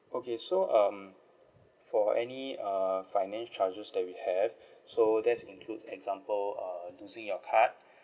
okay so um for any uh finance charges that we have so that's include example uh losing your card